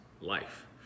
life